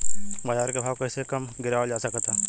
बाज़ार के भाव कैसे कम गीरावल जा सकता?